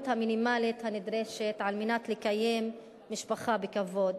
המינימלית הנדרשת כדי לקיים משפחה בכבוד,